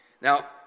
Now